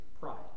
Pride